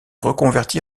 reconverti